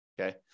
okay